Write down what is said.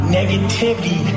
negativity